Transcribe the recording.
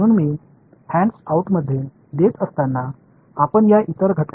எனவே surface equivalence கொள்கையின் பின்னணியில் உள்ள யோசனை இதுதான்